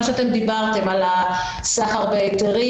מה שאתם דיברתם על סחר בהיתרים